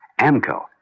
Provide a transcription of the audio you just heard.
AMCO